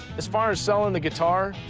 as far as selling the guitar,